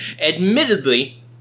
Admittedly